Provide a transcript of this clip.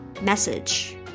message